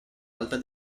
alta